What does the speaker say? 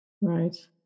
right